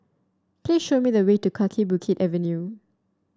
please show me the way to Kaki Bukit Avenue